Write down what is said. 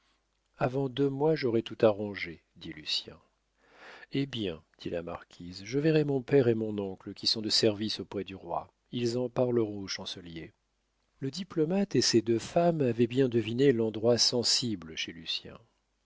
avant deux mois j'aurai tout arrangé dit lucien eh bien dit la marquise je verrai mon père et mon oncle qui sont de service auprès du roi ils en parleront au chancelier le diplomate et ces deux femmes avaient bien deviné l'endroit sensible chez